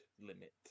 limit